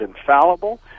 infallible